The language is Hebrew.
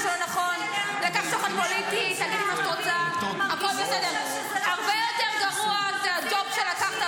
זה נאמר לי בזמנו.